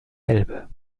elbe